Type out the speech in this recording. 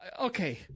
Okay